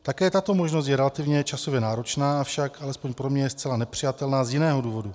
Také tato možnost je relativně časově náročná, avšak alespoň pro mě je zcela nepřijatelná z jiného důvodu.